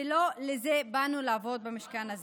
ולא לזה באנו לעבוד במשכן הזה.